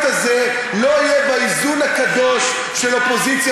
הזה לא יהיה באיזון הקדוש של אופוזיציה